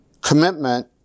Commitment